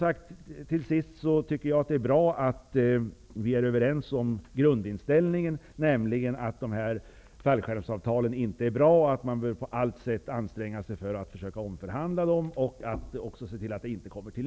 Avslutningsvis tycker jag att det är bra att vi är överens om grundinställningen, nämligen att fallskärmsavtalen inte är bra och att man på allt sätt bör anstränga sig för att försöka omförhandla dem och se till att nya sådana avtal inte kommer till.